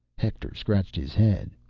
hector scratched his head.